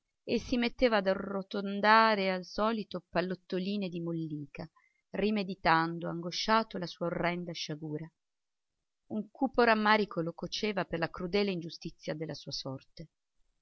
e si metteva ad arrotondare al solito pallottoline di mollica rimeditando angosciato la sua orrenda sciagura un cupo rammarico lo coceva per la crudele ingiustizia della sua sorte